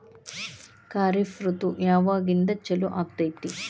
ಖಾರಿಫ್ ಋತು ಯಾವಾಗಿಂದ ಚಾಲು ಆಗ್ತೈತಿ?